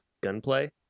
gunplay